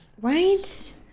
right